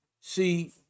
See